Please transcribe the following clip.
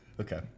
Okay